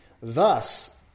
Thus